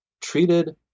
treated